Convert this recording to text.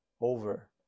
over